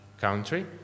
country